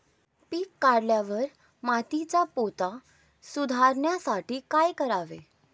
पीक काढल्यावर मातीचा पोत सुधारण्यासाठी काय करावे?